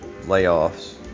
layoffs